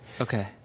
Okay